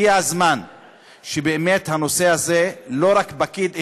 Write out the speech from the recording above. הגיע הזמן שבאמת בנושא הזה לא פקיד אחד,